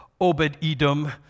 Obed-Edom